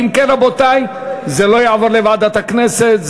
אם כן, רבותי, זה לא יעבור לוועדת הכנסת.